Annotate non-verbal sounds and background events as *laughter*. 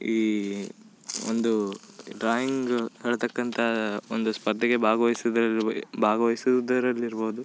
ಈ ಒಂದು ಡ್ರಾಯಿಂಗು ಹೇಳ್ತಕ್ಕಂಥ ಒಂದು ಸ್ಪರ್ಧೆಗೆ ಭಾಗವಹಿಸ್ *unintelligible* ಭಾಗವಹಿಸುವುದರಲ್ಲಿ ಇರ್ಬೋದು